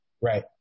Right